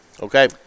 Okay